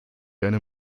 eine